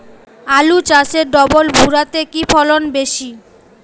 আলু চাষে ডবল ভুরা তে কি ফলন বেশি?